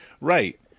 Right